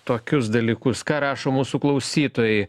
tokius dalykus ką rašo mūsų klausytojai